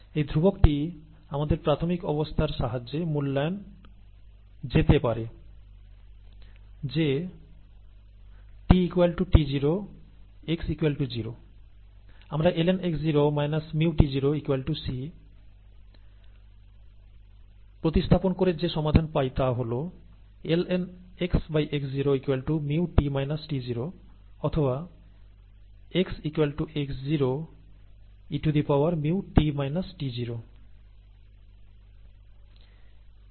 এই ধ্রুবকটি আমাদের প্রাথমিক অবস্থার সাহায্যে মূল্যায়ন যেতে পারে যে t t0 x 0 আমরা lnx0 μt0 c প্রতিস্থাপন করে যে সমাধান পাই তা হল lnxx0 μ অথবা x x0 e μt -t0